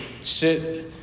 sit